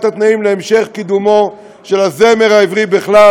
התנאים להמשך קידומו של הזמר העברי בפרט,